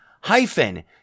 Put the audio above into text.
hyphen